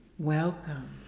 welcome